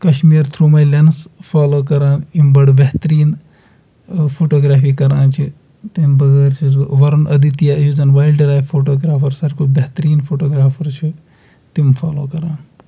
کَشمیٖر تھرٛوٗ مے lens follow کَران یِم بَڈٕ بہتریٖن فوٹوٗگرٛافی کَران چھِ تَمہِ بغٲر چھُس بہٕ وَرُن ادِتیا یُس زَن وایلڈٕ لایف فوٹوٗگرافَر سارِوٕے کھۄتہٕ بہتریٖن فوٹوٗگرٛافَر چھُ تِمن فالوٗ کَران